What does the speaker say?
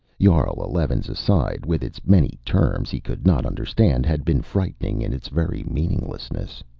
jarl eleven's aside, with its many terms he could not understand, had been frightening in its very meaninglessness.